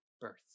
birth